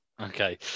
Okay